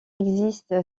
existe